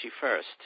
first